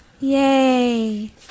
yay